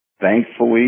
thankfully